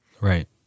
Right